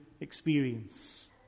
experience